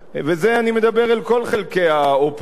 וזה, אני מדבר אל כל חלקי האופוזיציה.